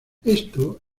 esto